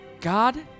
God